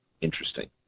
interesting